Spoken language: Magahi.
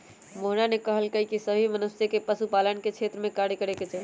मोहना ने कहल कई की सभी मनुष्य के पशु कल्याण के क्षेत्र में कार्य करे के चाहि